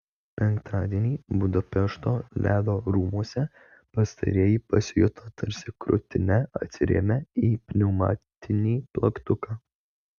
penktadienį budapešto ledo rūmuose pastarieji pasijuto tarsi krūtine atsirėmę į pneumatinį plaktuką